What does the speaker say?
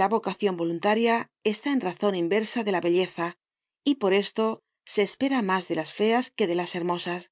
la vocacion voluntaria está en razon inversa de la belleza y por esto se espera mas de las feas que de las hermosas